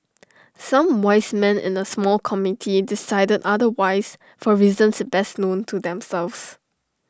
some wise men in A small committee decided otherwise for reasons best known to themselves